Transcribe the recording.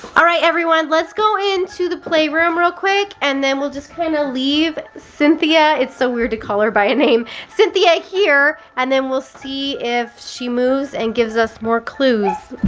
alright everyone, lets go into the playroom real quick, and then we'll just kinda leave cynthia, it's so weird to call her by a name, cynthia here, and then we'll see if she moves, and gives us more clues,